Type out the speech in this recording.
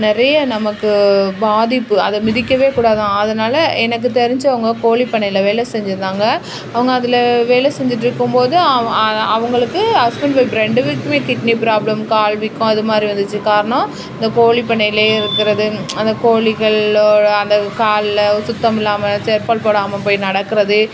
நிறைய நமக்கு பாதிப்பு அதை மிதிக்கவே கூடாதாம் அதனால் எனக்கு தெரிஞ்சவங்க கோழிப் பண்ணையில் வேலை செஞ்சுருந்தாங்க அவங்க அதில் வேலை செஞ்சுட்ருக்கும் போது அவ் அவங்களுக்கு ஹஸ்பண்ட் வைஃப் ரெண்டு பேருக்கும் கிட்னி ப்ராப்ளம் கால் வீக்கம் அது மாதிரி வந்துச்சு காரணம் இந்த கோழிப் பண்ணையிலே இருக்கிறது அந்த கோழிகளோட அந்த காலில் சுத்தம் இல்லாமல் செப்பல் போடாமல் போய் நடக்கிறது